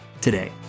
today